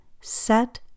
set